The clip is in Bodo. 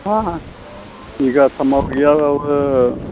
मा बिगाथामआव गैयाब्लाबो